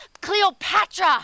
Cleopatra